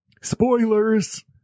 spoilers